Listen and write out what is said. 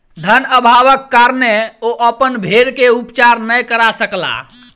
धन अभावक कारणेँ ओ अपन भेड़ के उपचार नै करा सकला